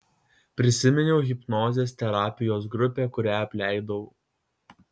prisiminiau hipnozės terapijos grupę kurią apleidau